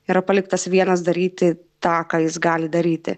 yra paliktas vienas daryti tą ką jis gali daryti